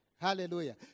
Hallelujah